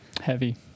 heavy